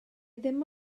ddim